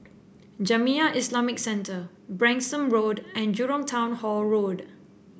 Jamiyah Islamic Centre Branksome Road and Jurong Town Hall Road